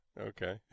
Okay